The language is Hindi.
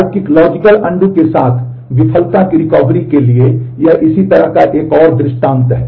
तार्किक के लिए यह इसी तरह का एक और दृष्टांत है